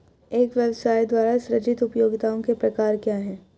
एक व्यवसाय द्वारा सृजित उपयोगिताओं के प्रकार क्या हैं?